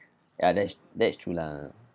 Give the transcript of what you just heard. ya that's that's true lah